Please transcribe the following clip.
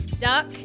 duck